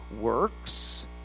works